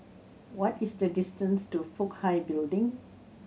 what is the distance to Fook Hai Building